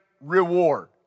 reward